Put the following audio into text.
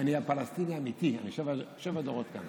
אני פלסטיני אמיתי, אני שבעה דורות כאן.